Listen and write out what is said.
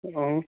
آ